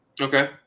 Okay